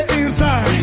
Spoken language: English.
inside